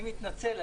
אני מתנצל,